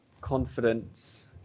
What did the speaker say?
confidence